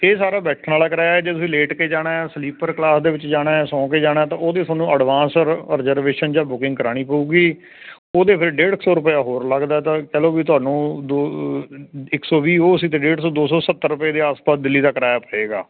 ਇਹ ਸਾਰਾ ਬੈਠਣ ਵਾਲਾ ਕਿਰਾਇਆ ਜੇ ਤੁਸੀਂ ਲੇਟ ਕੇ ਜਾਣਾ ਸਲੀਪਰ ਕਲਾਸ ਦੇ ਵਿੱਚ ਜਾਣਾ ਸੌਂ ਕੇ ਜਾਣਾ ਤਾਂ ਉਹਦੀ ਤੁਹਾਨੂੰ ਐਡਵਾਂਸ ਰਿਜਰਵੇਸ਼ਨ ਜਾਂ ਬੁਕਿੰਗ ਕਰਾਉਣੀ ਪਵੇਗੀ ਉਹਦੇ ਫਿਰ ਡੇਢ ਸੌ ਰੁਪਏ ਹੋਰ ਲੱਗਦਾ ਤਾਂ ਚਲੋ ਵੀ ਤੁਹਾਨੂੰ ਦੋ ਇੱਕ ਸੌ ਵੀਹ ਉਹ ਤਾਂ ਡੇਢ ਸੌ ਉਹ ਦੋ ਸੌ ਸੱਤਰ ਦੇ ਆਸਪਾਸ ਦਿੱਲੀ ਦਾ ਕਿਰਾਇਆ ਪਏਗਾ